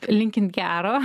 linkint gero